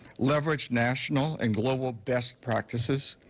leverage national and global best practices,